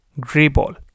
Greyball